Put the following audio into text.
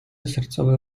sercowe